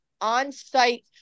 on-site